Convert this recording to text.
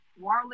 Warley